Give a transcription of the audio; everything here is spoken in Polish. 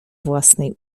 własnej